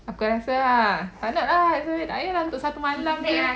aku rasa ah tak nak lah extra bedding tak payah lah untuk satu malam jer